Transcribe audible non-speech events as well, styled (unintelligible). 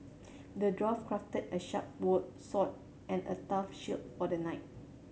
the dwarf crafted a sharp (unintelligible) sword and a tough shield for the knight